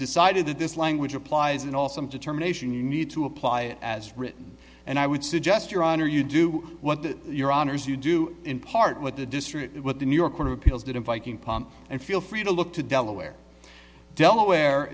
decided that this language applies in all some determination you need to apply as written and i would suggest your honor you do what your honour's you do in part with the district what the new york court of appeals did in viking palm and feel free to look to delaware delaware